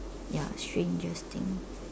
ya strangest thing